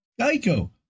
Geico